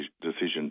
decision